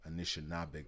Anishinaabeg